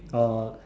oh